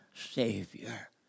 Savior